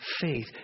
faith